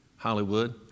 Hollywood